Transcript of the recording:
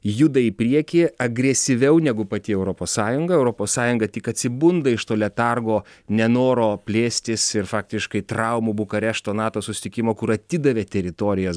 juda į priekį agresyviau negu pati europos sąjunga europos sąjunga tik atsibunda iš to letargo nenoro plėstis ir faktiškai traumų bukarešto nato susitikimo kur atidavė teritorijas